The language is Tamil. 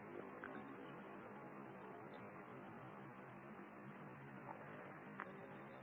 C D